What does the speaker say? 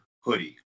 hoodie